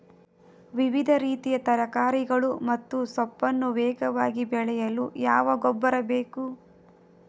ವಿವಿಧ ರೀತಿಯ ತರಕಾರಿಗಳು ಮತ್ತು ಸೊಪ್ಪನ್ನು ವೇಗವಾಗಿ ಬೆಳೆಯಲು ಯಾವ ಗೊಬ್ಬರ ಬೇಕು?